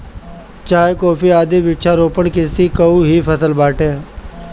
चाय, कॉफी आदि वृक्षारोपण कृषि कअ ही फसल बाटे